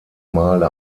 male